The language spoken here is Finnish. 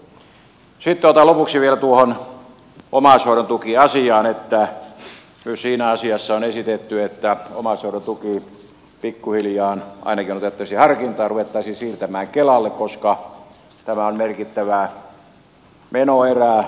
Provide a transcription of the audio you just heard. sitten otan lopuksi vielä tuohon omaishoidon tuki asiaan että myös siinä asiassa on esitetty että omaishoidon tuki pikkuhiljaa ainakin otettaisiin harkintaan ja ruvettaisiin siirtämään kelalle koska tämä on merkittävä menoerä